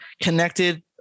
connected